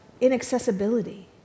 inaccessibility